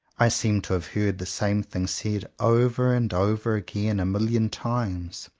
i seem to have heard the same thing said over and over again a million times.